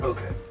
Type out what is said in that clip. Okay